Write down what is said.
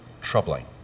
troubling